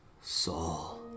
Saul